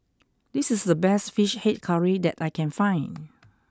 this is the best Fish Head Curry that I can find